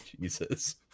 Jesus